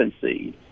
seed